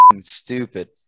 stupid